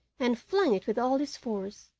and flung it with all his force.